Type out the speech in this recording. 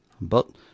But